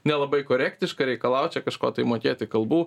nelabai korektišką reikalaut čia kažko tai mokėti kalbų